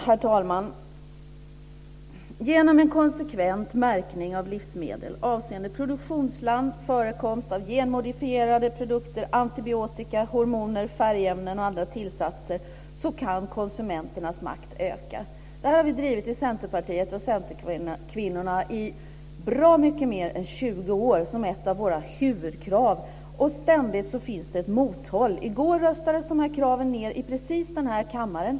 Herr talman! Genom en konsekvent märkning av livsmedel avseende produktionsland, förekomst av genmodifierade produkter, antibiotika, hormoner, färgämnen och andra tillsatser kan konsumenternas makt öka. Detta har vi i Centerpartiet och Centerkvinnorna drivit i bra mycket mer än 20 år som ett av våra huvudkrav, och ständigt finns det ett mothåll. I går röstades de här kraven ned här i kammaren.